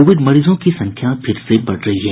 Covid मरीजों की संख्या फिर से बढ़ रही है